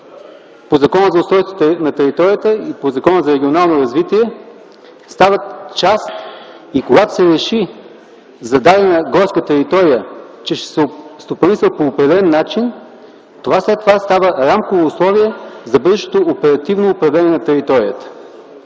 по Закона за устройството на територията и по Закона за регионалното развитие. Когато за дадена горска територия се реши, че ще се стопанисва по определен начин, по-нататък това става рамково условие за бъдещото оперативно управление на територията.